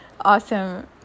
awesome